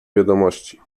wiadomości